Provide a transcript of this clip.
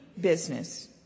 business